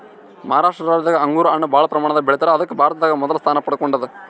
ಮಹಾರಾಷ್ಟ ರಾಜ್ಯದಾಗ್ ಅಂಗೂರ್ ಹಣ್ಣ್ ಭಾಳ್ ಪ್ರಮಾಣದಾಗ್ ಬೆಳಿತಾರ್ ಅದಕ್ಕ್ ಭಾರತದಾಗ್ ಮೊದಲ್ ಸ್ಥಾನ ಪಡ್ಕೊಂಡದ್